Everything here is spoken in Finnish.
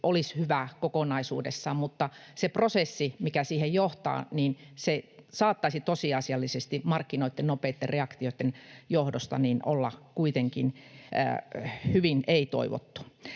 olisi hyvä kokonaisuudessaan, se prosessi, mikä siihen johtaa, saattaisi tosiasiallisesti markkinoitten nopeitten reaktioitten johdosta olla kuitenkin hyvin ei-toivottu.